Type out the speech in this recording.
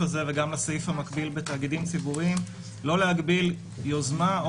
הזה וגם לסעיף המקביל בתאגידים ציבוריים - לא להגביל יוזמה או